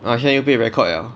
ah 现在又被 record 了